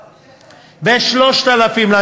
לא, ב-3,000.